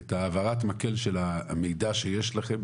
את העברת המקל של המידע שיש לכם,